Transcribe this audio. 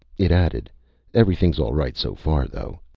it added everything's all right so far, though.